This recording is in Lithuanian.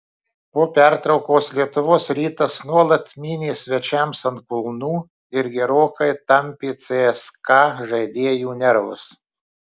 po pertraukos lietuvos rytas nuolat mynė svečiams ant kulnų ir gerokai tampė cska žaidėjų nervus